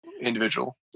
individual